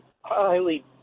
highly